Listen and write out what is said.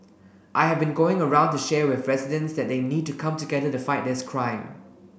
I have been going around to share with residents that they need to come together to fight this crime